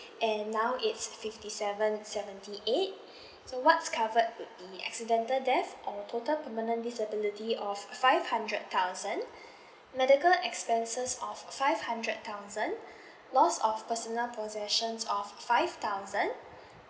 and now it's fifty seven seventy eight so what's covered would be accidental death or total permanent disability of f~ five hundred thousand medical expenses of five hundred thousand loss of personal possessions of five thousand